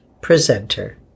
presenter